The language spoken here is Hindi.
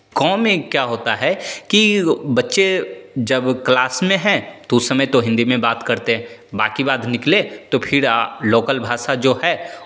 गाँव में क्या होता है कि बच्चे जब बच्चे क्लास में हैं तो उस समय तो हिन्दी में बात करते हैं बाँकी बाद निकले तो फिर लोकल भाषा जो है